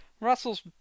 Russell's